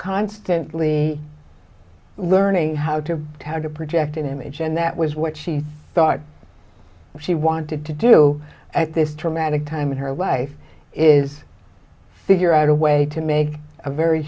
constantly learning how to how to project an image and that was what she thought what she wanted to do at this traumatic time in her life is figure out a way to make a very